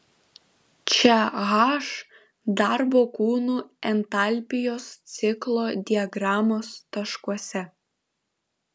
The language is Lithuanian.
čia h darbo kūnų entalpijos ciklo diagramos taškuose